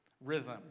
rhythm